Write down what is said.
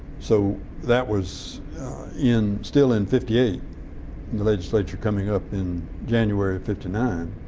so that was in still in fifty the legislature coming up in january of fifty nine.